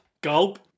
Gulp